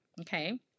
Okay